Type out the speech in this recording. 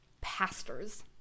pastors